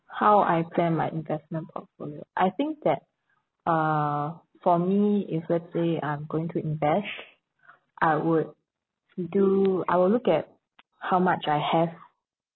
how I plan my investment portfolio I think that uh for me if let's say I'm going to invest I would do I will look at how much I have